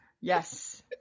yes